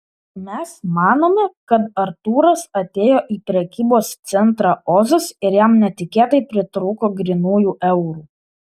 mes matome kad artūras atėjo į prekybos centrą ozas ir jam netikėtai pritrūko grynųjų eurų